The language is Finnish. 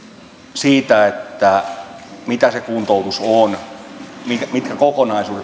siitä mitä se kuntoutus on mitkä kokonaisuudet